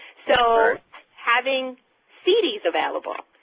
so having cds available,